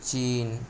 China